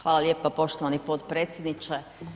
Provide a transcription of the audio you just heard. Hvala lijepa poštovani potpredsjedniče.